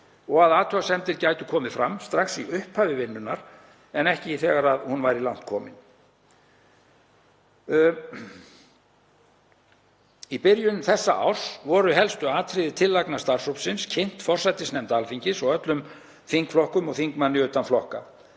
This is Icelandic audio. og að athugasemdir gætu komið fram strax í upphafi vinnunnar en ekki þegar hún væri langt komin. Í byrjun þessa árs voru helstu atriði tillagna starfshópsins kynnt forsætisnefnd Alþingis og öllum þingflokkum og þingmanni utan flokka.